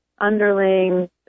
underlings